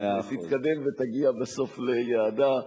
תתקדם ותגיע בסוף ליעדה.